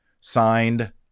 Signed